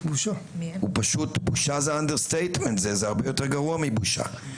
הוא פשוט בושה, והרבה יותר גרוע מבושה.